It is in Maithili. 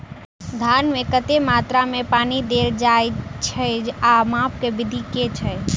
धान मे कतेक मात्रा मे पानि देल जाएँ छैय आ माप केँ विधि केँ छैय?